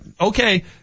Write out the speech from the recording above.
okay